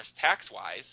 tax-wise